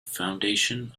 foundation